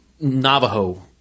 Navajo